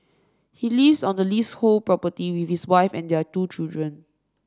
he lives on the leasehold property with his wife and their two children